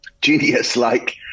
genius-like